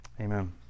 amen